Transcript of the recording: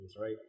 right